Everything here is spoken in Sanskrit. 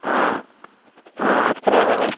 आम् आम् अत्र